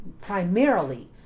primarily